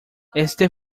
este